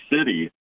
City